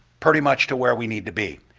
pretty much to where we need to be.